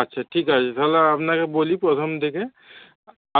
আচ্ছা ঠিক আছে তাহলে আপনাকে বলি প্রথম থেকে